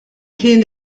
kien